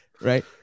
Right